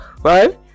right